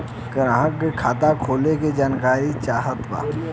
ग्राहक के खाता खोले के जानकारी चाहत बा?